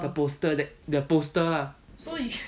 the poster that the poster lah